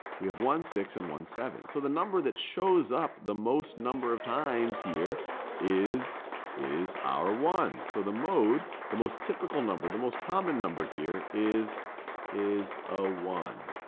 we have one six and one seven. so the number that shows up the most number of times here is is our one. so the mode, the most typical number, the most common number here is a ah one.